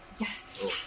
Yes